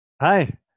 Hi